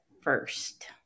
first